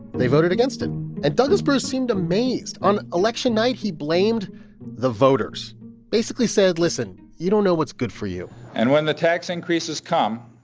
they voted against it. and douglas bruce seemed amazed. on election night, he blamed the voters basically said, listen, you don't know what's good for you and when the tax increases come,